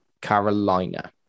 Carolina